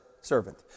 servant